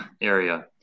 area